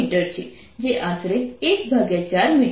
3 metre છે જે આશરે 14 મીટર છે